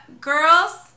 girls